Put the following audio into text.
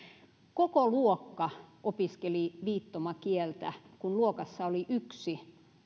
koko luokka opiskeli viittomakieltä kun luokassa oli yksi